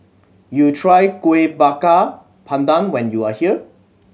you try Kueh Bakar Pandan when you are here